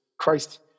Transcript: Christ